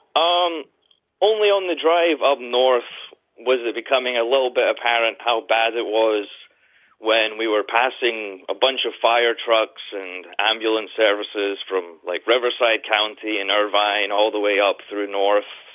um only on the drive up north was it becoming a little bit apparent how bad it was when we were passing a bunch of firetrucks and ambulance services from, like, riverside county and irvine all the way up through north.